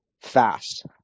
fast